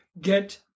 get